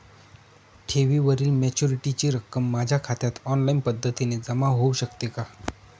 ठेवीवरील मॅच्युरिटीची रक्कम माझ्या खात्यात ऑनलाईन पद्धतीने जमा होऊ शकते का?